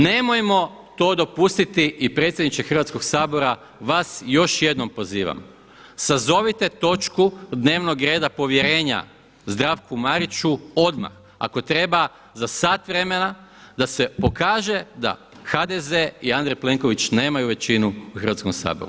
Nemojmo to dopustiti i predsjedniče Hrvatskog sabora vas još jednom pozivam, sazovite točku dnevnog reda povjerenja Zdravku Mariću odmah, ako treba za sat vremena da se pokaže da HDZ i Andrej Plenković nemaju većinu u Hrvatskom saboru.